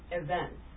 events